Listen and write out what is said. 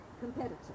Competitive